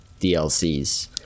DLCs